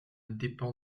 dépend